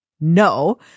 No